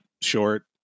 short